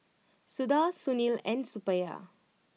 Suda Sunil and Suppiah